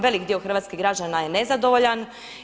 Velik dio hrvatskih građana je nezadovoljan.